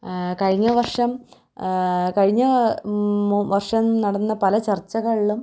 കഴിഞ്ഞവർഷം കഴിഞ്ഞ വർഷം നടന്ന പല ചർച്ചകളിലും